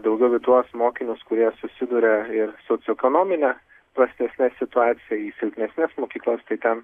daugiau į tuos mokinius kurie susiduria ir socioekonominę prastesnę situaciją į silpnesnes mokyklas tai ten